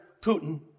Putin